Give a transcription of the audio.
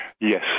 Yes